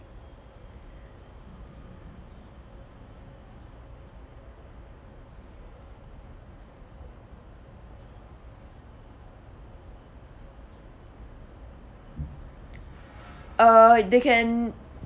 uh they can